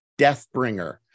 Deathbringer